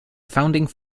founding